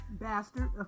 bastard